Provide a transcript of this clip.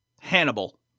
Hannibal